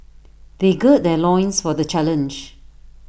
they gird their loins for the challenge